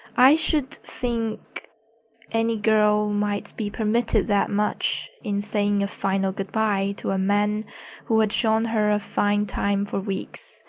i should thing any girl might be permitted that much, in saying a final good-bye to a man who had shown her a fine time for weeks,